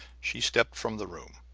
she stepped from the room.